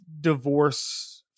divorce